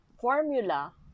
formula